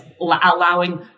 allowing